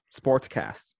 sportscast